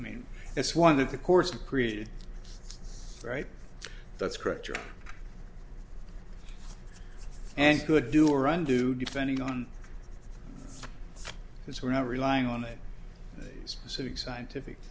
i mean it's one of the course created right that's correct and could do or undo depending on this we're not relying on a specific scientific